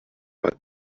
but